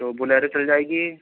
तो बोलेरो चल जाएगी